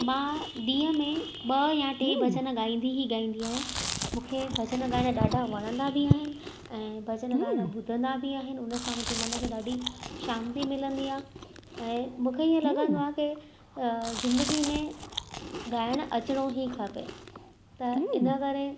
मां ॾींहं में ॿ या टे भॼन ॻाईंदी ई ॻाईंदी आहियां मूंखे भॼन ॻाइणु ॾाढा वणंदा बि आहिनि ऐं भॼन ॿुधंदा बि आहिनि उन सां मन खे ॾाढी शांति मिलंदी आहे ऐं मूंखे ईअं लॻंदो आहे की ज़िंदगी में ॻाइणु अचिणो ई खपे त इन करे